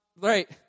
right